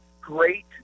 great